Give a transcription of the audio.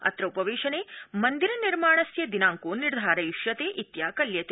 अत्र उपवेशने मन्दिर निर्माणस्य दिनांको निर्धारयिष्यते इत्याकल्यते